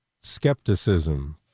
skepticism